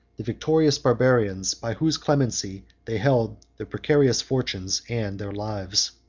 the victorious barbarians, by whose clemency they held their precarious fortunes and their lives.